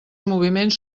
moviments